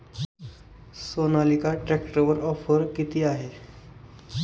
सोनालिका ट्रॅक्टरवर ऑफर किती आहे?